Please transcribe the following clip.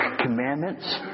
commandments